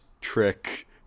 trick